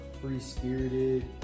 free-spirited